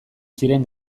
ziren